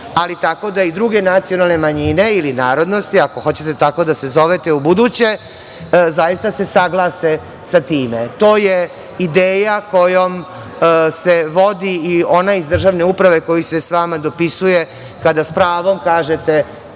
ali tako da i druge nacionalne manjine ili narodnosti, ako hoćete tako da se zovete u buduće, zaista se saglase sa time. To je ideja kojom se vodi i onaj iz državne uprave koji se sa vama dopisuje kada s pravom kažete